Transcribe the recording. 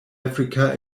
africa